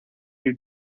you